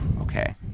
Okay